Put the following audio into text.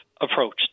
approach